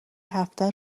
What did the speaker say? هفته